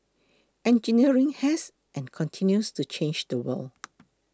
engineering has and continues to change the world